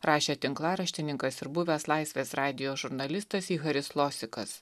rašė tinklaraštininkas ir buvęs laisvės radijo žurnalistas iharis losikas